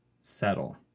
settle